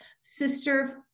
sister